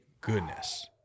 goodness